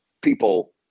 people